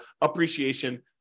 appreciation